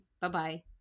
Bye-bye